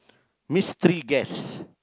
mystery guest